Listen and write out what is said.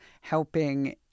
helping